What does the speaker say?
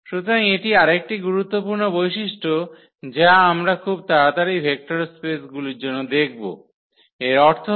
সুতরাং এটি আরেকটি গুরুত্বপূর্ণ বৈশিষ্ট্য যা আমরা খুব তাড়াতাড়ি ভেক্টর স্পেসগুলির জন্য দেখব এর অর্থ হল এই 𝐹 0